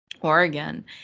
Oregon